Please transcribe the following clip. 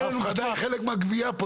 זה חלק מהגבייה.